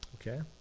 okay